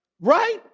Right